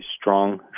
strong